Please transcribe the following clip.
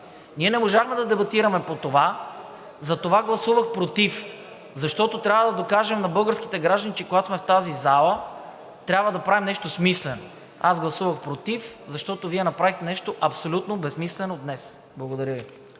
Ние не можахме да дебатираме по това, затова гласувах против, защото трябва да докажем на българските граждани, че когато сме в тази зала, трябва да правим нещо смислено. Гласувах против, защото Вие направихте нещо абсолютно безсмислено днес. Благодаря Ви.